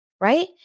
right